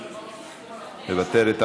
מוותרת,